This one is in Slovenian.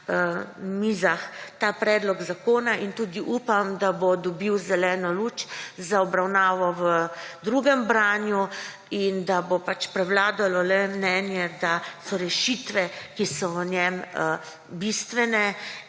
mizah ta predlog zakona in tudi upam, da bo dobil zeleno luč za obravnavo v drugem branju in da bo prevladalo le mnenje, da so rešitve, ki so v njem, bistvene